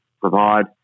provide